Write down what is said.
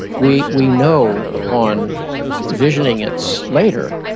we we know upon visioning, it's later,